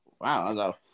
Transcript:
wow